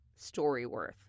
StoryWorth